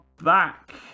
back